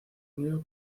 unido